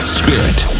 spirit